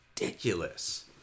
ridiculous